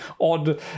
odd